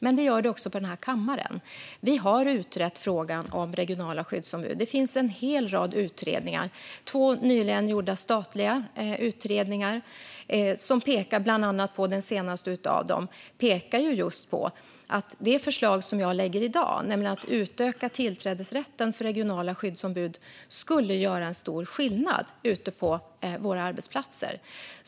Men det gör det också på denna kammare. Vi har utrett frågan om regionala skyddsombud; det finns en hel rad utredningar och två nyligen gjorda statliga utredningar. Den senaste av dem pekar på att det förslag som jag lägger fram i dag, nämligen att utöka tillträdesrätten för regionala skyddsombud, skulle göra en stor skillnad ute på våra arbetsplatser.